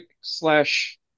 slash